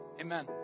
amen